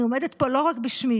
אני עומדת פה לא רק בשמי,